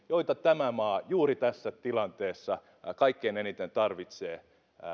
joita tämä maa juuri tässä tilanteessa kaikkein eniten tarvitsee